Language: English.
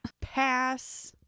Pass